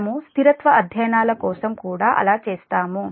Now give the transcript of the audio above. మనము స్థిరత్వ అధ్యయనాల కోసం కూడా అలా చేస్తాము